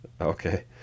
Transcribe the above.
Okay